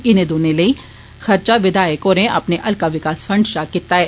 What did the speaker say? इने दोनै लेई खर्चा विधायक होरे अपने हलका विकास फंड चा कीता ऐ